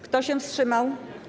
Kto się wstrzymał?